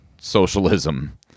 socialism